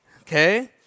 okay